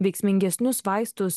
veiksmingesnius vaistus